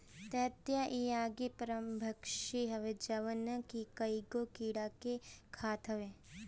ततैया इ एगो परभक्षी हवे जवन की कईगो कीड़ा के खात हवे